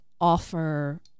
offer